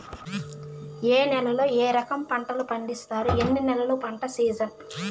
ఏ నేలల్లో ఏ రకము పంటలు పండిస్తారు, ఎన్ని నెలలు పంట సిజన్?